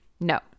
No